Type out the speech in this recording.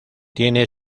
tiene